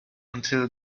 until